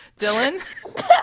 Dylan